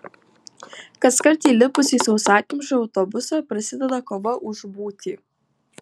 kaskart įlipus į sausakimšą autobusą prasideda kova už būtį